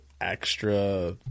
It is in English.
extra